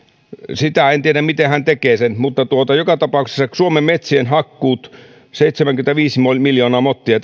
sitä en tiedä miten hän tekee sen joka tapauksessa suomen metsien hakkuut ovat suurin piirtein seitsemänkymmentäviisi miljoonaa mottia